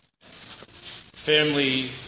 Family